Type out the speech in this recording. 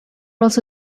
also